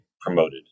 promoted